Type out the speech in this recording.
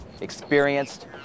experienced